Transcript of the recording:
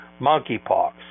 monkeypox